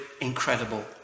incredible